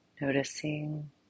noticing